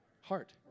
heart